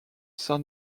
san